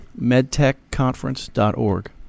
Medtechconference.org